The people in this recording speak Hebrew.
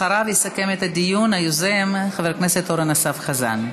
אחריו יסכם את הדיון היוזם חבר הכנסת אורן אסף חזן.